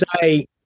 say